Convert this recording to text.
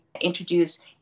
introduce